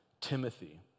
Timothy